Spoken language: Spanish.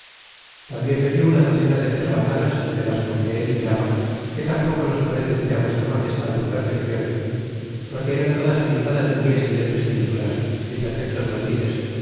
tambien inc di una docena de cerbatanas de las con que el tiraba que tampoco no sabré decir á vuestra iltag estad su perfeccion porque eran todas pintadas de muy excelentes pinturas y pc n rctos matices